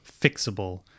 fixable